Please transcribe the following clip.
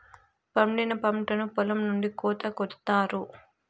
పండిన పంటను పొలం నుండి కోత కొత్తారు